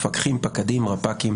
מפקחים, פקדים, רפ"קים